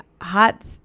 hot